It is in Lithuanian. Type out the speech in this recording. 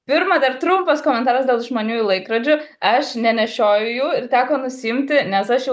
pirma dar trumpas komentaras dėl išmaniųjų laikrodžių aš nenešioju jų ir teko nusiimti nes aš